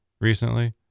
recently